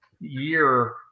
year